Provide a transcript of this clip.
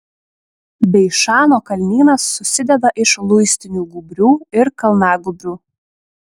beišano kalnynas susideda iš luistinių gūbrių ir kalnagūbrių